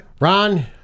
Ron